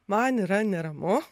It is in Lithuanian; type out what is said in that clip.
man yra neramu